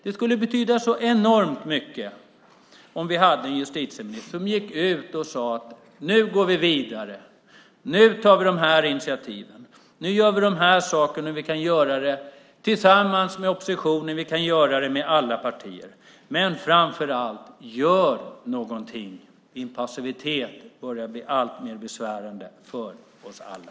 Det skulle betyda så enormt mycket om vi hade en justitieminister som gick ut och sade: Nu går vi vidare, nu tar vi initiativ. Nu gör vi de och de sakerna, och vi kan göra det tillsammans med oppositionen, med alla partier. Men framför allt gör någonting! Din passivitet börjar bli alltmer besvärande för oss alla.